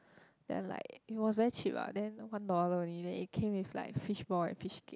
then like it was very cheap lah then one dollar only then it came with like fishball and fishcake